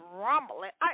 rumbling